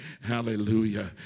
Hallelujah